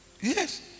Yes